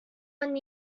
one